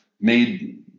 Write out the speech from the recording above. made